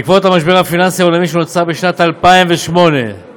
בעקבות המשבר הפיננסי העולמי שנוצר בשנת 2008 גברה